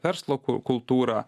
verslo kultūrą